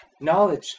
knowledge